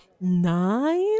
Nine